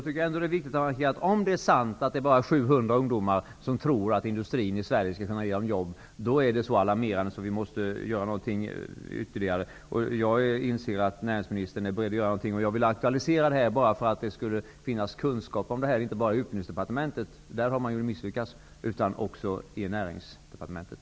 Herr talman! Om det är sant att bara 700 ungdomar tror att industrin i Sverige kan ge dem jobb, är det så alarmerande att vi måste vidta åtgärder. Jag inser att näringsministern är beredd att göra någonting. Jag ville aktualisera problemet för att det skulle finnas kunskaper om detta inte bara i Utbildningsdepartementet -- där har man misslyckats -- utan även i Näringsdepartementet.